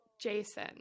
jason